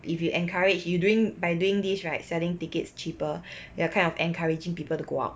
if you encourage you doing by doing this right selling tickets cheaper you are kind of encouraging people to go out